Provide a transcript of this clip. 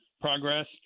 progress